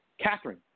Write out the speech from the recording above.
Catherine